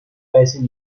based